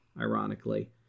ironically